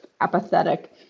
apathetic